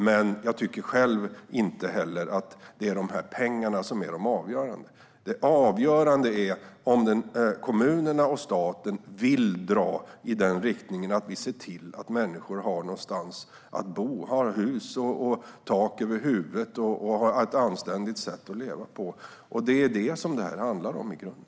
Men jag tycker själv att det inte är pengarna som är avgörande. Det avgörande är om kommunerna och staten vill dra i den inriktningen att man vill se till att människor har någonstans att bo, har hus, har tak över huvudet och ett anständigt sätt att leva. Det är det som det här handlar om i grunden.